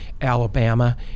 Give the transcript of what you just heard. Alabama